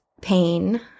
pain